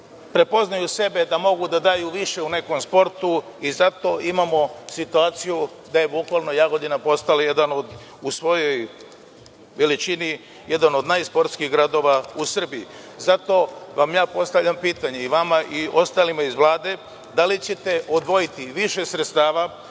prepoznaju sebe, da mogu da daju više u nekom sportu i zato imamo situaciju da je Jagodina bukvalno postala, u svojoj veličini, jedan od najsportskijih gradova u Srbiji. Zato vam ja postavljam pitanje, vama i ostalima iz Vlade – da li ćete odvojiti više sredstava